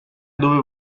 dove